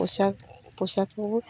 ପୋଷାକ ପୋଷାକ